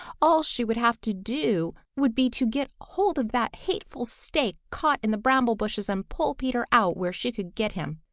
all she would have to do would be to get hold of that hateful stake caught in the bramble bushes and pull peter out where she could get him.